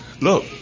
look